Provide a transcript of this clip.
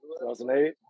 2008